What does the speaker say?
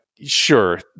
sure